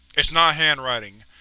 it's not handwriting,